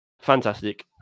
fantastic